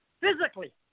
physically